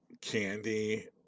candy